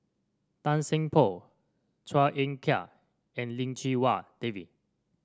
Tan Seng Poh Chua Ek Kay and Lim Chee Wai David